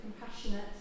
compassionate